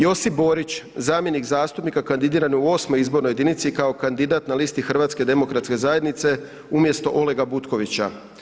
Josip Borić zamjenik zastupnika kandidiranog u 8. izbornoj jedinici kao kandidat na listi HDZ-a umjesto Olega Butkovića.